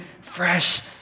fresh